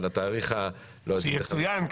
אבל התאריך הלועזי -- שיצוין,